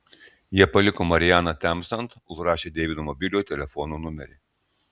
jie paliko marianą temstant užrašę deivido mobiliojo telefono numerį